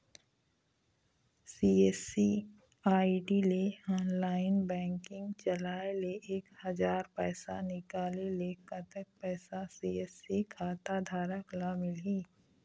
CSC ID ले online banking चलाए ले एक हजार पैसा निकाले ले कतक पैसा सी.एस.सी खाता धारक ला मिलही?